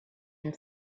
and